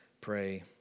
pray